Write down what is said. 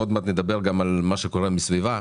עוד מעט נדבר גם על מה שקורה מסביבה,